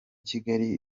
kigali